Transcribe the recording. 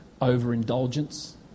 overindulgence